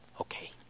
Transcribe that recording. Okay